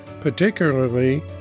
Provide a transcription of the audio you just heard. particularly